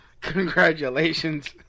Congratulations